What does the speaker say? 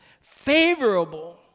favorable